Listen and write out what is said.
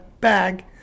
bag